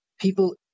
people